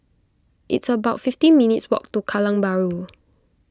it's about fifty minutes' walk to Kallang Bahru